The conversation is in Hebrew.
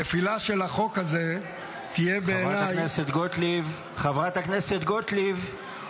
נפילה של החוק הזה תהיה בעיניי --- חברת הכנסת גוטליב.